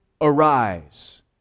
arise